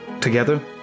together